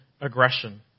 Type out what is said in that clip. aggression